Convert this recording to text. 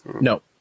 no